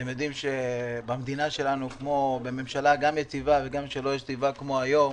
אתם יודעים שבמדינה שלנו כמו בממשלה יציבה וגם בלא-יציבה כמו היום,